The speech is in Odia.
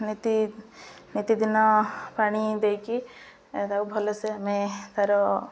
ନୀତି ନୀତିଦିନ ପାଣି ଦେଇକି ତାକୁ ଭଲସେ ଆମେ ତା'ର